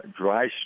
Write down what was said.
dry